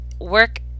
work